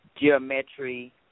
geometry